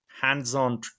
hands-on